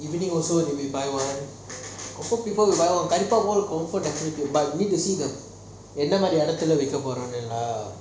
எந்த மாறி எடத்துல விக்க போறான்னு:entha maari eadathula vikka poranu lah